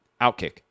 Outkick